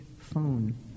phone